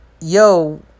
yo